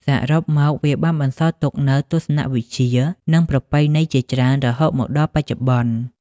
សរុបមក វាបានបន្សល់ទុកនូវទស្សនវិជ្ជា និងប្រពៃណីជាច្រើនរហូតមកដល់បច្ចុប្បន្ន។